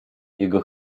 jego